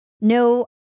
no